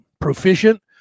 proficient